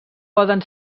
poden